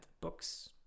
books